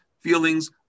feelings